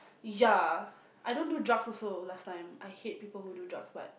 yeah I don't do drugs also last time I hate people who do drugs but